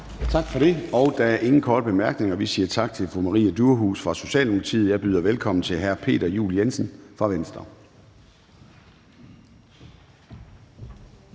Tak for det. Der er ingen korte bemærkninger. Vi siger tak til fru Maria Durhuus fra Socialdemokratiet. Vi byder velkommen til hr. Peter Juel-Jensen fra Venstre.